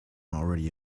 already